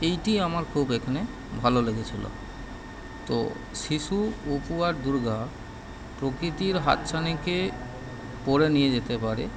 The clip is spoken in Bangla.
এইটি আমার খুব এখানে ভালো লেগেছিল তো শিশু অপু আর দুর্গা প্রকৃতির হাতছানিকে পরে নিয়ে যেতে পারে